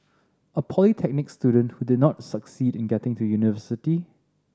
a polytechnic student who did not succeed in getting to university